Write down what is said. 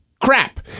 crap